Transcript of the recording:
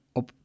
op